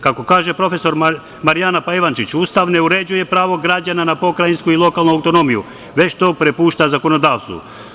Kako kaže, prof. Marijana Pajvančić, Ustav ne uređuje pravo građana na pokrajinsku i lokalnu autonomiju, već to prepušta zakonodavstvu.